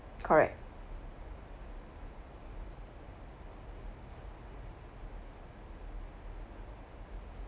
correct